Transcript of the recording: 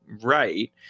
right